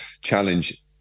challenge